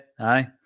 aye